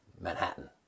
Manhattan